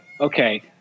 Okay